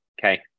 Okay